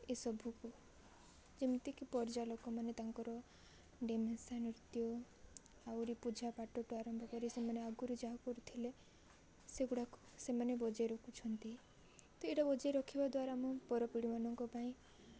ଏସବୁକୁ ଯେମିତିକି ପର୍ଯ୍ୟା ଲୋକମାନେ ତାଙ୍କର ଢେମସା ନୃତ୍ୟ ଆହୁରି ପୂଜାପାଠ ଠୁ ଆରମ୍ଭ କରି ସେମାନେ ଆଗରୁ ଯାହା କରୁଥିଲେ ସେଗୁଡ଼ାକୁ ସେମାନେ ବଜେଇ ରଖୁଛନ୍ତି ତ ଏଇଟା ବଜେଇ ରଖିବା ଦ୍ୱାରା ମୁଁ ପର ପିଢ଼ିମାନଙ୍କ ପାଇଁ